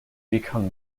become